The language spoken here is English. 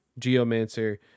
Geomancer